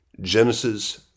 Genesis